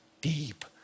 deep